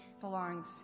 belongs